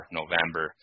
November